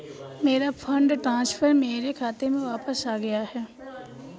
मेरा fund transfer मेरे खाते में वापस आ गया है